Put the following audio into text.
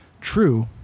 true